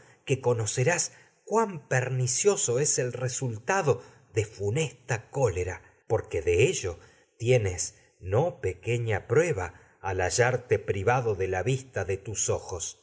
que conocerás cuán pernicioso es resultado de funesta cólera porque de ello tienes de la no pequeña prueba al a hallarte privado lo que vista de tus no es ojos